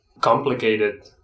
complicated